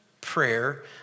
prayer